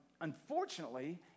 Unfortunately